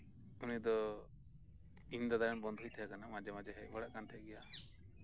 ᱩᱱᱤᱫᱚ ᱤᱧ ᱫᱟᱫᱟᱨᱮᱱ ᱵᱚᱱᱫᱷᱩᱭ ᱛᱟᱦᱮᱸ ᱠᱟᱱᱟ ᱢᱟᱡᱮ ᱢᱟᱡᱮᱭ ᱦᱮᱡ ᱵᱟᱲᱟᱜ ᱠᱟᱱᱛᱟᱦᱮᱸᱫ ᱜᱮᱭᱟ